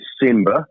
December